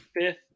fifth